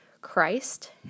Christ